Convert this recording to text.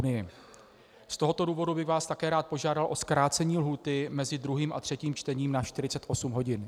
Z tohoto důvodu bych vás také rád požádal o zkrácení lhůty mezi druhým a třetím čtením na 48 hodin.